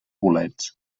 bolets